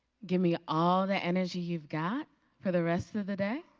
give me all the energy you've got for the rest of the day